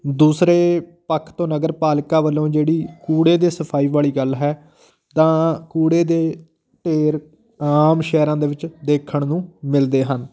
ਦੂਸਰੇ ਪੱਖ ਤੋਂ ਨਗਰਪਾਲਿਕਾ ਵੱਲੋਂ ਜਿਹੜੀ ਕੂੜੇ ਦੇ ਸਫ਼ਾਈ ਵਾਲੀ ਗੱਲ ਹੈ ਤਾਂ ਕੂੜੇ ਦੇ ਢੇਰ ਆਮ ਸ਼ਹਿਰਾਂ ਦੇ ਵਿੱਚ ਦੇਖਣ ਨੂੰ ਮਿਲਦੇ ਹਨ